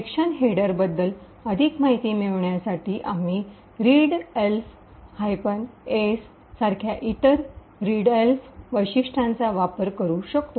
section headers बद्दल अधिक माहिती मिळविण्यासाठी आम्ही रीडएल्फ एस readelf -S सारख्या इतर रीडएल्फ वैशिष्ट्यांचा वापर करू शकतो